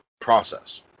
process